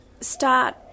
start